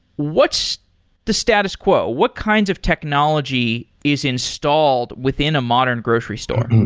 what's the status quo? what kinds of technology is installed within a modern grocery store?